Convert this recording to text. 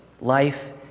life